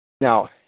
Now